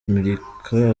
kumurika